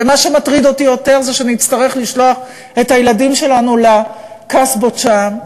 ומה שמטריד אותי יותר זה שנצטרך לשלוח את הילדים שלנו לקסבות שם.